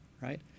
right